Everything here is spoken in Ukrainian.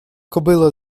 кобила